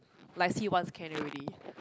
like see once can already